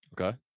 Okay